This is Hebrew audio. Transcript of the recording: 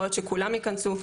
יכול להיות שכולם ייכנסו,